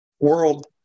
world